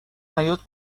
حیاط